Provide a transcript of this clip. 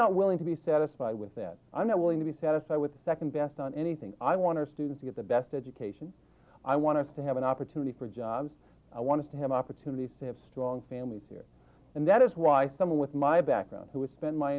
not willing to be satisfied with that i'm not willing to be satisfied with second best on anything i want to students get the best education i want to have an opportunity for jobs i want to have opportunities to have strong families here and that is why someone with my background who has spent my